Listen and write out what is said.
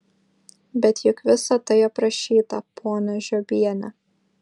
bet juk visa tai aprašyta ponia žiobiene